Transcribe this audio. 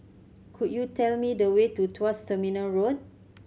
could you tell me the way to Tuas Terminal Road